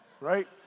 Right